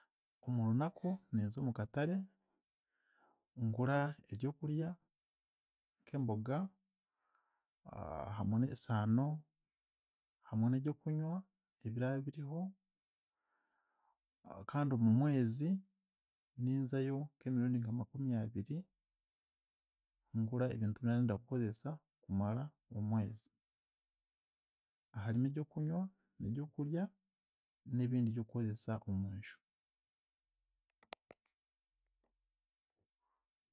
Omu runaku ninza omu katare, ngura eryokurya nk'emboga hamwe n'esaano hamwe n'eryokunywa ebiraabiriho, kandi omu mwezi ninzayo nk'emirundi nka makumyabiri, ngura ebintu ebi naarenda kukozesa kumara omwezi. Harimu eryokunywa n'eryokurya n'ebindi ebyokukozesa omunju.